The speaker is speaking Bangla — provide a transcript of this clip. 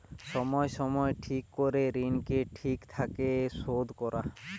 সময় সময় ঠিক করে ঋণকে ঠিক থাকে শোধ করা